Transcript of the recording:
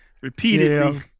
repeatedly